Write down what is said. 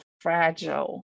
fragile